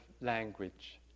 language